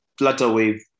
Flutterwave